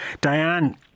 Diane